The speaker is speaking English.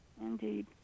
Indeed